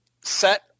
set